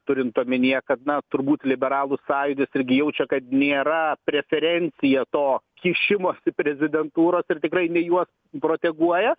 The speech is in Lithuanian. turint omenyje kad na turbūt liberalų sąjūdis irgi jaučia kad nėra preferencija to kišimosi prezidentūros ir tikrai jinai juos proteguoja